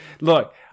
look